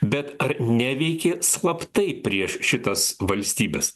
bet ar neveikė slaptai prieš šitas valstybes